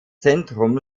zentrum